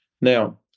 Now